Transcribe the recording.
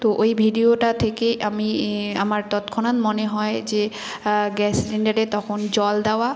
তো ওই ভিডিওটা থেকে আমি আমার তৎক্ষণাৎ মনে হয় যে গ্যাস সিলিণ্ডারে তখন জল দেওয়া